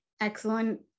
Excellent